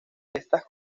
estas